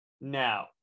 now